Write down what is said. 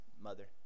mother